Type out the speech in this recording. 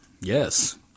yes